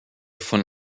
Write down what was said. von